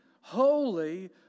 holy